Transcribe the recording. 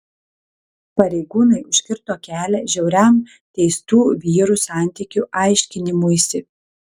pareigūnai užkirto kelią žiauriam teistų vyrų santykių aiškinimuisi